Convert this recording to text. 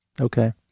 Okay